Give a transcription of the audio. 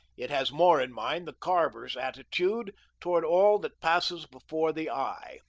it has more in mind the carver's attitude toward all that passes before the eye.